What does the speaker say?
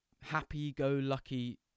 happy-go-lucky